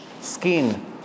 skin